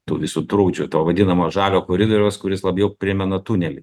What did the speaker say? tų visų trukdžių to vadinamo žalio koridoriaus kuris labiau primena tunelį